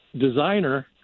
designer